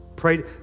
pray